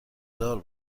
دار